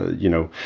you know,